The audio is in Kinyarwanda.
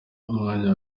umwanya